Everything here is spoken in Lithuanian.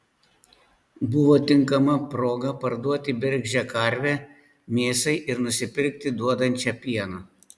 buvo tinkama proga parduoti bergždžią karvę mėsai ir nusipirkti duodančią pieno